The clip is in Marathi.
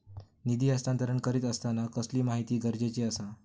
निधी हस्तांतरण करीत आसताना कसली माहिती गरजेची आसा?